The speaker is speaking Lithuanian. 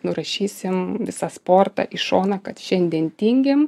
nurašysim visą sportą į šoną kad šiandien tingim